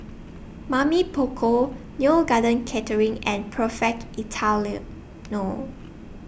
Mamy Poko Neo Garden Catering and Perfect Italiano